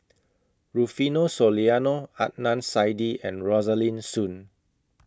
Rufino Soliano Adnan Saidi and Rosaline Soon